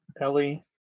Ellie